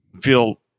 feel